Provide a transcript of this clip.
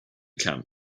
camp